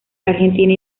argentina